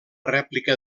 rèplica